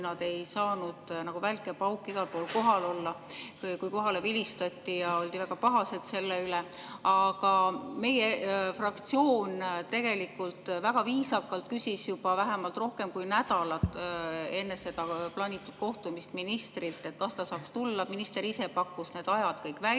nad ei saanud nagu välk ja pauk igal pool kohal olla, kui kohale vilistati, ja oldi väga pahased selle peale. Aga meie fraktsioon tegelikult väga viisakalt küsis juba vähemalt rohkem kui nädal enne seda plaanitud kohtumist ministrilt, kas ta saaks tulla. Minister ise pakkus need ajad kõik välja,